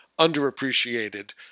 underappreciated